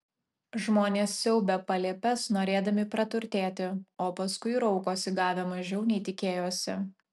žmonės siaubia palėpes norėdami praturtėti o paskui raukosi gavę mažiau nei tikėjosi